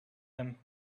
them